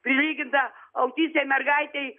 prilyginta autistai mergaitei